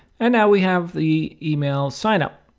and now we have the email signup.